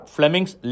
Fleming's